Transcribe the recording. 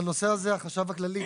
בנושא הזה החשב הכללי,